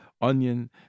onion